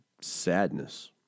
sadness